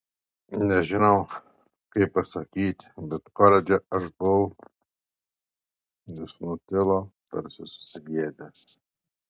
nežinau kaip pasakyti bet koledže aš buvau jis nutilo tarsi susigėdęs